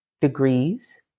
degrees